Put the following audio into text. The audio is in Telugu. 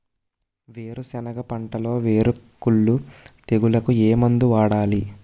వేరుసెనగ పంటలో వేరుకుళ్ళు తెగులుకు ఏ మందు వాడాలి?